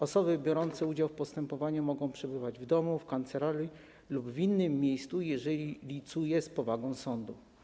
Osoby biorące udział w postępowaniu mogą przebywać w domu, w kancelarii lub w innym miejscu, jeżeli licuje ono z powagą sądu.